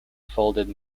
folded